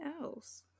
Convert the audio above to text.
else